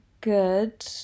good